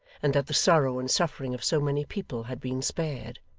and that the sorrow and suffering of so many people had been spared.